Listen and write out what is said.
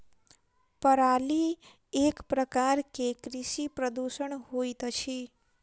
पराली एक प्रकार के कृषि प्रदूषण होइत अछि